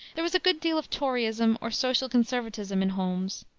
there was a good deal of toryism or social conservatism in holmes.